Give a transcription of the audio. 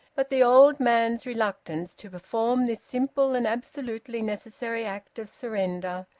but the old man's reluctance to perform this simple and absolutely necessary act of surrender,